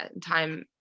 Time